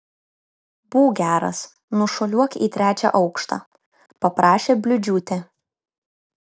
būk geras nušuoliuok į trečią aukštą paprašė bliūdžiūtė